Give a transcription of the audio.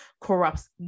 corrupts